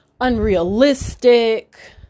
unrealistic